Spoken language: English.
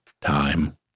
time